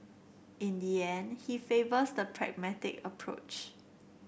in the end he favours the pragmatic approach